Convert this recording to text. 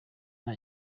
nta